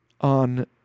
on